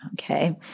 Okay